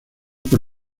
por